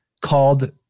called